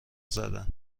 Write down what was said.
زدن